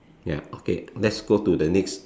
ya okay let's go to the next